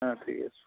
হ্যাঁ ঠিক আছে